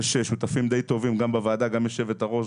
שיהלום את הנושא.